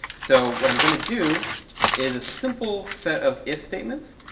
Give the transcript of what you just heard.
so what i'm going to do is a simple set of if statements